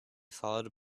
followed